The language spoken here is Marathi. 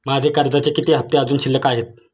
माझे कर्जाचे किती हफ्ते अजुन शिल्लक आहेत?